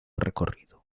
recorrido